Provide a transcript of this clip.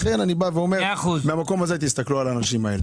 מן המקום הזה תסתכלו על האנשים האלה.